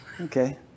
Okay